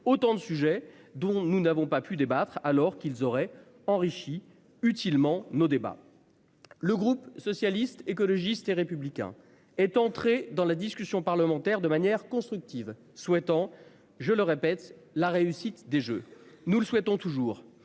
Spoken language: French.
Autant de sujets dont nous n'avons pas pu débattre alors qu'ils auraient enrichi utilement nos débats. Le groupe socialiste, écologiste et républicain est entré dans la discussion parlementaire de manière constructive souhaitant je le répète, la réussite des Jeux, nous le souhaitons toujours